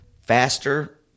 Faster